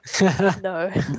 No